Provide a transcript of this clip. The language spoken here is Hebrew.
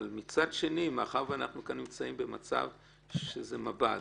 מצד שני, מאחר שאנחנו כאן נמצאים במצב שזה מב"ד,